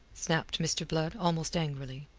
snapped mr. blood almost angrily.